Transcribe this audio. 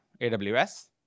AWS